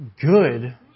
good